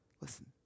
listen